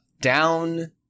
down